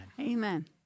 Amen